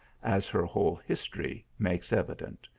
as her whole history makes evident.